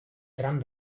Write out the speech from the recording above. tram